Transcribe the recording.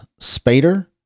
Spader